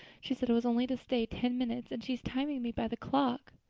she said i was only to stay ten minutes and she's timing me by the clock.